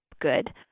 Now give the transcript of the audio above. good